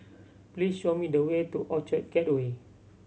please show me the way to Orchard Gateway